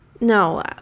No